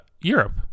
Europe